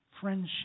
friendship